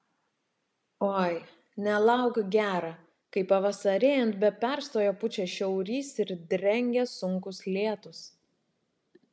oi nelauk gera kai pavasarėjant be perstojo pučia šiaurys ir drengia sunkūs lietūs